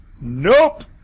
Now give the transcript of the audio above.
Nope